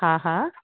हा हा